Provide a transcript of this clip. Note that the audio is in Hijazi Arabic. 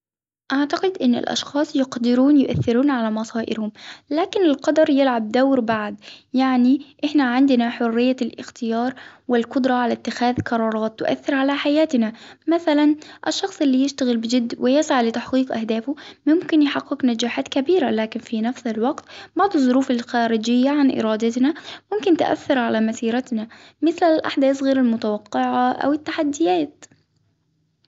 أعتقد إن الأشخاص يقدرون يؤثرون على مصائرهم، لكن القدر يلعب دور بعد. يعني إحنا عندنا حرية الإختيار والقدرة على إتخاذ قرارات تؤثر على حياتنا، مثلا الشخص اللي يشتغل بجد ويسعى لتحقيق أهدافه، ممكن يحقق نجاحات كبيرة ،لكن في نفس الوقت الظروف الخارجية عن إرادتنا ممكن تأثر على مثيرتنا مثل الأحداث غير المتوقعة أو التحديات.